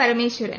Parameswaran